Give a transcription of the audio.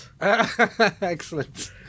Excellent